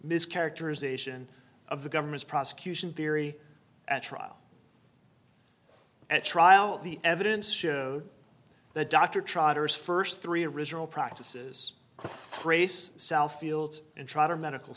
mischaracterization of the government's prosecution theory at trial at trial the evidence showed the dr trotters first three original practices could trace southfield and try to medical